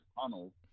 tunnel